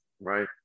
right